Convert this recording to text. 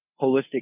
holistic